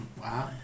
Wow